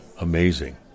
amazing